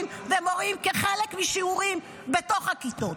ומורים כחלק מהשיעורים בתוך הכיתות.